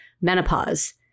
menopause